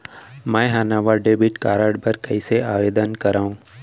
मै हा नवा डेबिट कार्ड बर कईसे आवेदन करव?